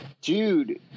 Dude